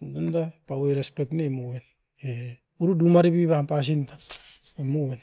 muikunda paui respek ne muan e orudu maripi pam pasin tan nimun.